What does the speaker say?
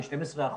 ל-12%,